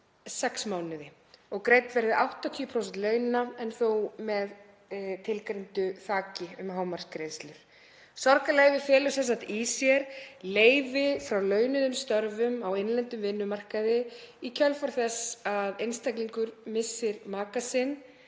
og greidd verði 80% launa en þó með tilgreindu þaki um hámarksgreiðslur. Sorgarleyfi felur sem sagt í sér leyfi frá launuðum störfum á innlendum vinnumarkaði í kjölfar þess að einstaklingur missir maka sinn